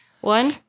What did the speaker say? One